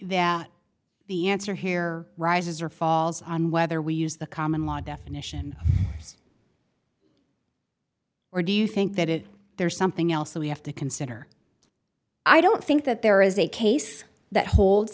that the answer here rises or falls on whether we use the common law definition or do you think that it there's something else that we have to consider i don't think that there is a case that holds